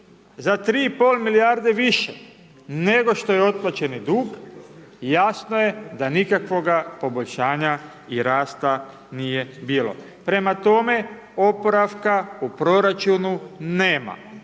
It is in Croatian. za 3,5 milijarde više nego što je otplaćeni dug jasno je da nikakvoga poboljšanja i rasta nije bilo. Prema tome, oporavka u proračunu nema,